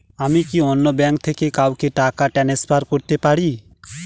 আমি কি অন্য ব্যাঙ্ক থেকে কাউকে টাকা ট্রান্সফার করতে পারি?